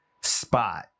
spot